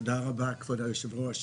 תודה רבה, כבוד היושב-ראש.